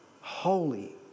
Holy